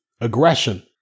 aggression